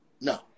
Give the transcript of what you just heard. No